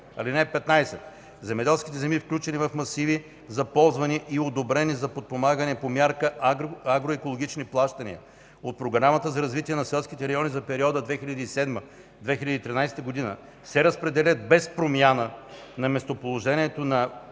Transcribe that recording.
17: „(15) Земеделски земи, включени в масиви за ползване и одобрени за подпомагане по мярка „Агроекологични плащания” от Програмата за развитие на селските райони за периода 2007-2013 г., се разпределят без промяна на местоположението на